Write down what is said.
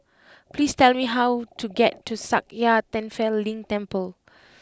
please tell me how to get to Sakya Tenphel Ling Temple